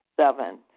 Seven